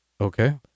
Okay